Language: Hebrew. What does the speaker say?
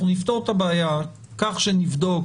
אבל אנחנו נפתור את הבעיה כך שנבדוק